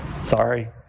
Sorry